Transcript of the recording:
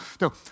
no